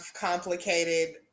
complicated